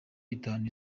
itanu